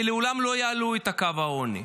ולעולם לא יעלו מעל קו העוני.